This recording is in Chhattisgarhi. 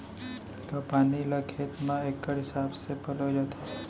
का पानी ला खेत म इक्कड़ हिसाब से पलोय जाथे?